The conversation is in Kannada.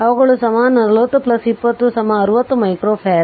ಆದ್ದರಿಂದ ಅವುಗಳು ಸಮಾನ 40 20 60 ಮೈಕ್ರೋಫರಾಡ್